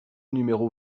numéro